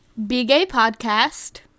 BeGayPodcast